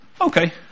okay